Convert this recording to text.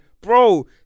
bro